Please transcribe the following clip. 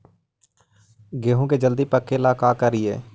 गेहूं के जल्दी पके ल का करियै?